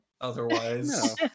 Otherwise